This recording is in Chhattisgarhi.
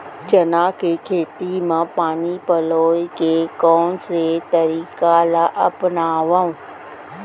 चना के खेती म पानी पलोय के कोन से तरीका ला अपनावव?